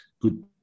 good